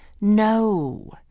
No